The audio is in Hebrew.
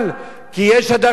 כי יש הדרת נשים,